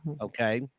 okay